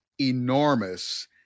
enormous